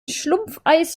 schlumpfeis